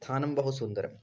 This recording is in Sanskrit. स्थानं बहु सुन्दरं